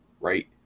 right